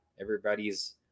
everybody's